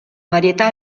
varietà